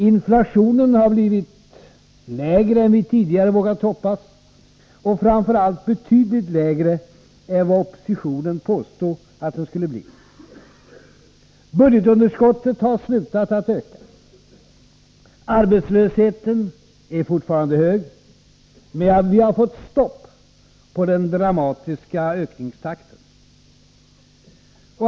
Inflationen har blivit lägre än vi tidigare vågat hoppas och framför allt betydligt lägre än vad oppositionen påstod att den skulle bli. Budgetunderskottet har slutat att öka. Arbetslösheten är fortfarande hög, men vi har fått stopp på den dramatiska ökningstakten.